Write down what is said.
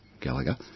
Gallagher